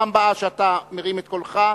בפעם הבאה שאתה מרים את קולך,